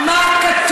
תסתכלו מה כתוב.